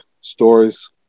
stories